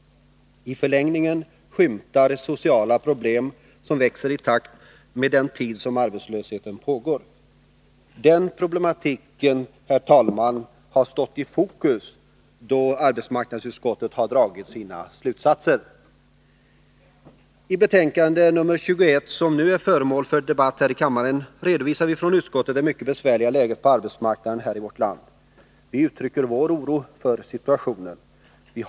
I förlängningen skymtar sociala problem, som växer i takt med den tid som arbetslösheten pågår. Den problematiken, herr talman, har stått i fokus då arbetsmarknadsutskottet har dragit sina slutsatser. I betänkande nr 21, som nu är föremål för debatt här i kammaren, redovisar vi från utskottet det mycket besvärliga läget på arbetsmarknaden här i vårt land. Vi uttrycker vår oro för situationen.